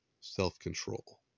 self-control